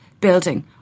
building